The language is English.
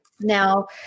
Now